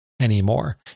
anymore